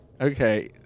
Okay